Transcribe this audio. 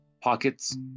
Pockets